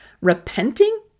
Repenting